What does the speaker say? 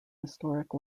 historic